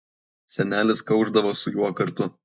senelis kaušdavo su juo kartu